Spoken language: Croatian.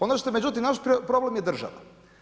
Ono što je međutim naš problem je država.